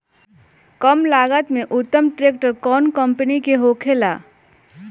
कम लागत में उत्तम ट्रैक्टर कउन कम्पनी के होखेला?